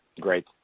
great